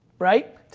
right?